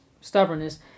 stubbornness